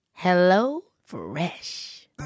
HelloFresh